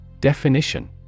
Definition